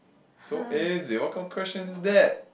so easy what kind of question is that